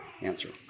answer